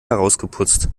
herausgeputzt